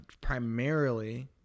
primarily